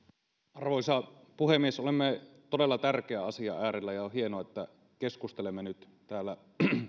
arvoisa puhemies olemme todella tärkeän asian äärellä ja on hienoa että keskustelemme nyt täällä